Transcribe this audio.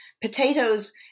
potatoes